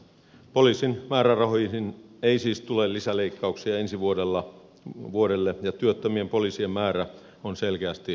poliisin määrärahoihin ei siis tule lisäleikkauksia ensi vuodelle ja työttömien poliisien määrä on selkeästi laskenut